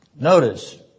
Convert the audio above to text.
notice